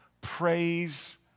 praise